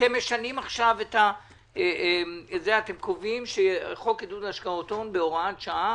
אתם משנים עכשיו וקובעים שחוק לעידוד השקעות הון בהוראת שעה